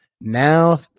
now